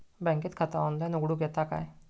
बँकेत खाता ऑनलाइन उघडूक येता काय?